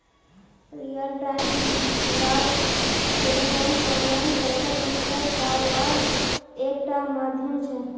real time gross settlement online पैसा transfer कारवार एक टा माध्यम छे